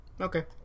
Okay